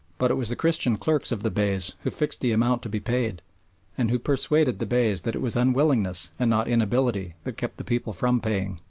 but it was the christian clerks of the beys who fixed the amount to be paid and who persuaded the beys that it was unwillingness and not inability that kept the people from paying.